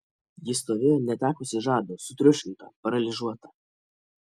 ji stovėjo netekusi žado sutriuškinta paralyžiuota